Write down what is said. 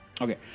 Okay